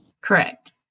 Correct